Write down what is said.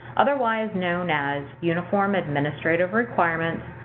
otherwise known as uniform administrative requirements,